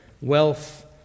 wealth